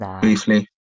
briefly